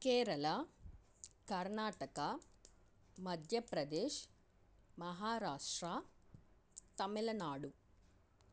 Kerala Karnataka Madhya Pradesh Maharashtra Tamil Nadu